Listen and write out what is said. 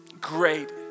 great